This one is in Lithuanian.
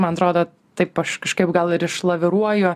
man atrodo taip aš kažkaip gal ir išlaviruoju